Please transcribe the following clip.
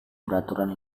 peraturan